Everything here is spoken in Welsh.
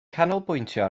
canolbwyntio